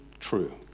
true